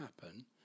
happen